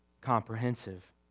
comprehensive